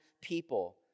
people